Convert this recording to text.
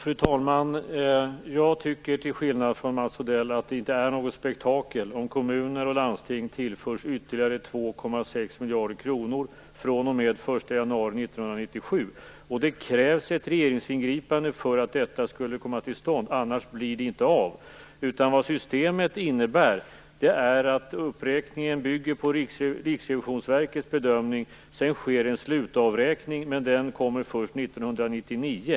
Fru talman! Jag tycker till skillnad från Mats Odell att det inte är något spektakel om kommuner och landsting tillförs ytterligare 2,6 miljarder kronor fr.o.m. den 1 januari 1997. Det krävs ett regeringsingripande för att detta skall komma till stånd, annars blir det inte av. Det systemet innebär är att uppräkningen bygger på Riksrevisionsverkets bedömning. Sedan sker en slutavräkning, men den kommer först 1999.